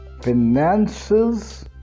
finances